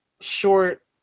short